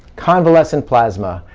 convalescent plasma,